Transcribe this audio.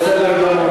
בסדר גמור.